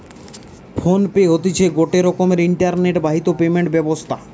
phone pay হতিছে গটে রকমের ইন্টারনেট বাহিত পেমেন্ট ব্যবস্থা